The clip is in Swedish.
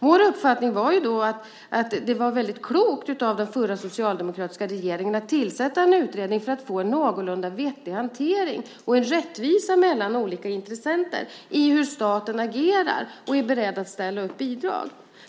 Vår uppfattning var då att det var väldigt klokt av den förra, socialdemokratiska regeringen att tillsätta en utredning för att få en någorlunda vettig hantering och en rättvisa mellan olika intressenter i hur staten agerar och är beredd att ställa upp med bidrag.